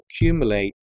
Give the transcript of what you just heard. accumulate